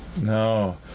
No